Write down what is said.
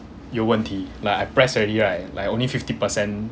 有问题 like I press already right like only fifty percent